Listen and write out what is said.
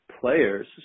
players